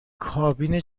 کابین